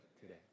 today